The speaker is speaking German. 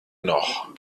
noch